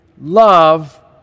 love